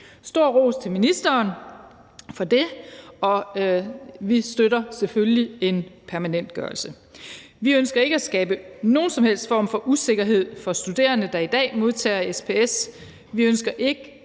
stor ros til ministeren for det. Og vi støtter selvfølgelig en permanentgørelse. Vi ønsker ikke at skabe nogen som helst form for usikkerhed for studerende, der i dag modtager SPS.